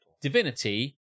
divinity